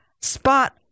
spot